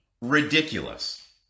ridiculous